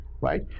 Right